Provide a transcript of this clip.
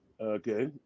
Okay